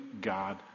God